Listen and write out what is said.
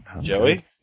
Joey